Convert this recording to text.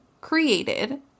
created